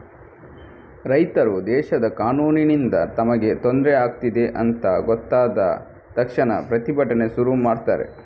ರೈತರು ದೇಶದ ಕಾನೂನಿನಿಂದ ತಮಗೆ ತೊಂದ್ರೆ ಆಗ್ತಿದೆ ಅಂತ ಗೊತ್ತಾದ ತಕ್ಷಣ ಪ್ರತಿಭಟನೆ ಶುರು ಮಾಡ್ತಾರೆ